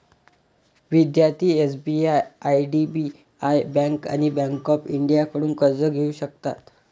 विद्यार्थी SBI IDBI bank आणि bank of इंडियाकडून कर्ज घेऊ शकतात